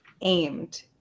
aimed